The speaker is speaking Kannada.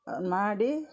ಅದು ಮಾಡಿ